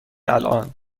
الان